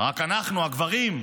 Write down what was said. רק אנחנו, הגברים.